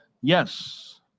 Yes